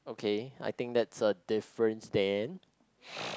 okay I think that's a difference then